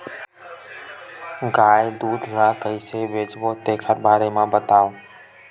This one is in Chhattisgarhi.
गाय दूध ल कइसे बेचबो तेखर बारे में बताओ?